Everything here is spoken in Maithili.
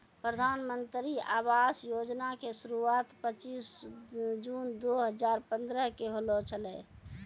प्रधानमन्त्री आवास योजना के शुरुआत पचीश जून दु हजार पंद्रह के होलो छलै